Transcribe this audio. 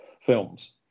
films